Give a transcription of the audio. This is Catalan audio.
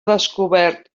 descobert